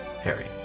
Harry